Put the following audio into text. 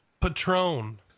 Patron